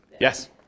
Yes